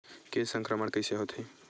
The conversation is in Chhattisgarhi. के संक्रमण कइसे होथे?